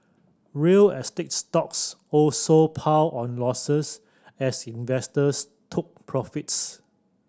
real estate stocks also piled on losses as investors took profits